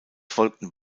folgten